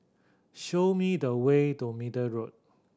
show me the way to Middle Road